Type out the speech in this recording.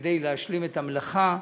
כדי להשלים את המלאכה.